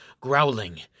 growling